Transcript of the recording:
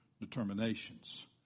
determinations